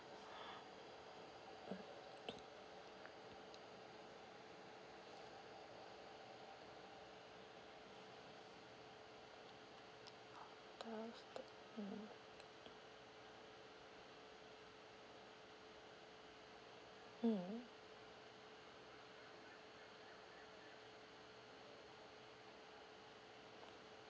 mm